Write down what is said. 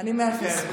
אני מאשרת.